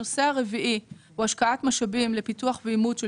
הנושא הרביעי הוא השקעת משאבים לפיתוח ואימות של